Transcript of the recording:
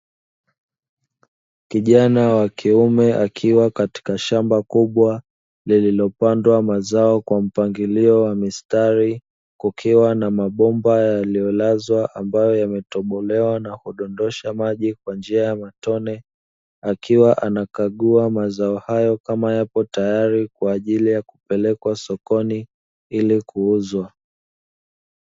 Kijana wakiume akiwa katika shamba kubwa lililopandwa mazao kwa mpangilio wa mistari, kukiwa na mabomba yaliolazwa ambayo yametobolewa na kudondosha maji kwa njia ya matone. Akiiwa anakagua mazao hayo kama yapo tayari kwa ajili ya kupelekwa sokoni ili kuuzwa.